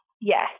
yes